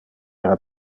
era